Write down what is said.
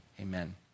amen